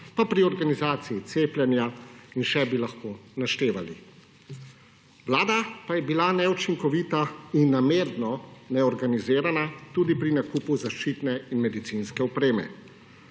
pri organizaciji cepljenja in še bi lahko naštevali. Vlada pa je bila neučinkovita in namerno neorganizirana tudi pri nakupi zaščitne in medicinske opreme.